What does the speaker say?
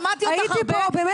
שמעתי אותך הרבה.